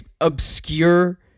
obscure